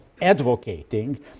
advocating